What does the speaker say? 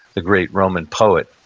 the great roman poet